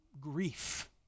grief